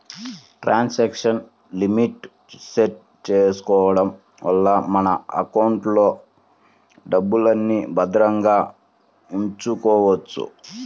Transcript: transaction limit set చేసుకోడం వల్ల మన ఎకౌంట్లో డబ్బుల్ని భద్రంగా ఉంచుకోవచ్చు